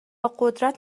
قدرت